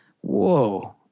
whoa